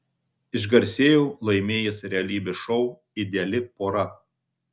išgarsėjau laimėjęs realybės šou ideali pora